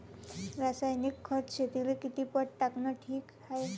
रासायनिक खत शेतीले किती पट टाकनं ठीक हाये?